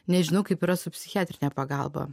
nežinau kaip yra su psichiatrine pagalba